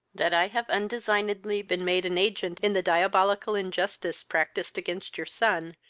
that i have undesignedly been made an agent in the diabolical injustice practised against your son,